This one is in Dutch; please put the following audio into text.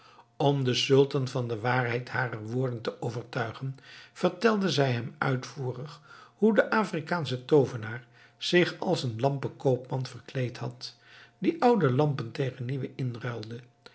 om den sultan van de waarheid harer woorden te overtuigen vertelde zij hem uitvoerig hoe de afrikaansche toovenaar zich als een lampenkoopman verkleed had die oude lampen tegen nieuwe inruilde